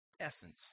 essence